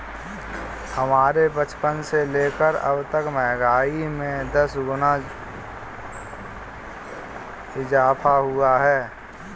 हमारे बचपन से लेकर अबतक महंगाई में दस गुना इजाफा हुआ है